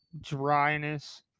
Dryness